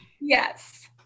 Yes